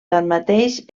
tanmateix